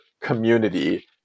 community